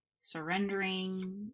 surrendering